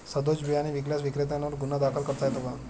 सदोष बियाणे विकल्यास विक्रेत्यांवर गुन्हा दाखल करता येतो का?